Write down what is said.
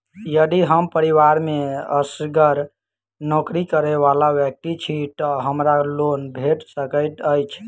यदि हम परिवार मे असगर नौकरी करै वला व्यक्ति छी तऽ हमरा लोन भेट सकैत अछि?